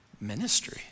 ministry